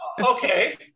Okay